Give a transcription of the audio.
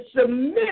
submit